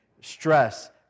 stress